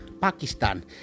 Pakistan